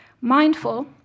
Mindful